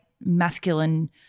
masculine